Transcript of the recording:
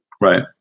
right